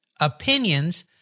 opinions